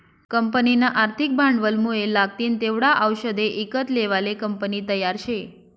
कंपनीना आर्थिक भांडवलमुये लागतीन तेवढा आवषदे ईकत लेवाले कंपनी तयार शे